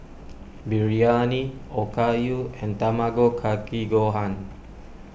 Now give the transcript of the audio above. Biryani Okayu and Tamago Kake Gohan